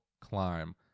climb